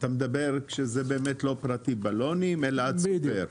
אתה מדבר שזה לא פרטי, בלונים, אלא בצובר.